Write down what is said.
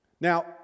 Now